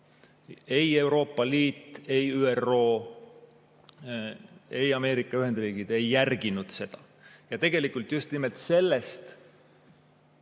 Ei Euroopa Liit, ei ÜRO ega Ameerika Ühendriigid ei järginud seda. Ja tegelikult just nimelt sellest,